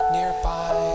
nearby